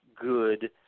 good